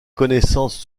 connaissances